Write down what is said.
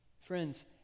Friends